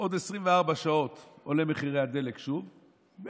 עוד 24 שעות עולים שוב מחירי הדלק,